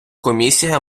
комісія